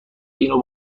اینو